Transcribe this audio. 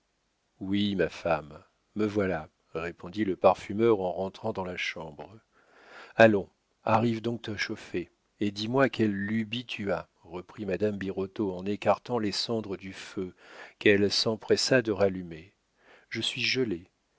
oui ma femme me voilà répondit le parfumeur en rentrant dans la chambre allons arrive donc te chauffer et dis-moi quelle lubie tu as reprit madame birotteau en écartant les cendres du feu qu'elle s'empressa de rallumer je suis gelée